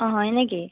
অঁ হয় নেকি